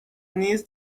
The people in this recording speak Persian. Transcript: نیز